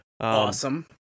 Awesome